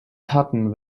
karten